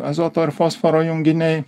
azoto ir fosforo junginiai